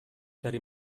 dari